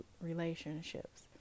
relationships